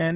N